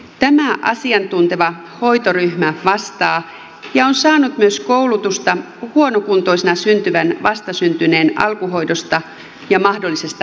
tämä asiantunteva hoitoryhmä vastaa ja on saanut myös koulutusta huonokuntoisena syntyvän vastasyntyneen alkuhoidosta ja mahdollisesta elvytyksestä